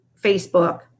Facebook